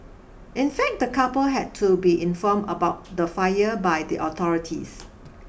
in fact the couple had to be inform about the fire by the authorities